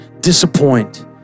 disappoint